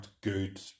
good